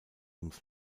ums